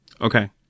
Okay